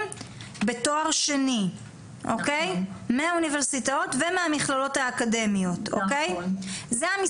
בתואר שני מהאוניברסיטאות ומהמכללות האקדמיות ו-566